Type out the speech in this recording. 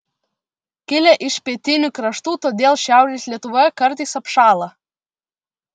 kilę iš pietinių kraštų todėl šiaurės lietuvoje kartais apšąla